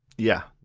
yeah,